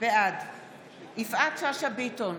בעד יפעת שאשא ביטון,